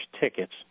tickets